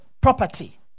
property